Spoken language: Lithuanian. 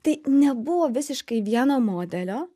tai nebuvo visiškai vieno modelio